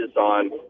on